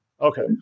Okay